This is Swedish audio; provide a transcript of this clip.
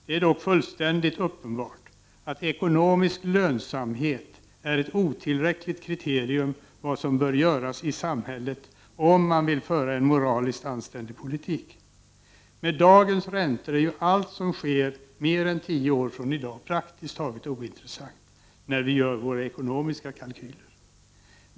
Det är dock fullständigt uppenbart att ekonomisk lönsamhet är ett otillräckligt kriterium för vad som bör göras i samhället, om man vill föra en moraliskt anständig politik. Med dagens räntor är ju allt som sker mer än tio år från i dag praktiskt taget ointressant, när vi gör våra ekonomiska kalkyler.